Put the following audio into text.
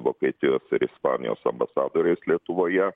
vokietijos ir ispanijos ambasadoriais lietuvoje